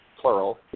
plural